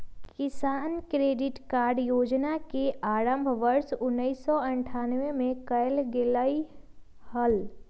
किसान credit card योजना के आरंभ वर्ष उन्नीसौ अठ्ठान्नबे में कइल गैले हल